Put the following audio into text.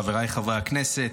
חבריי חברי הכנסת,